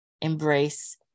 embrace